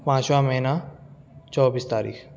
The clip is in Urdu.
پانچواں مہینہ چوبیس تاریخ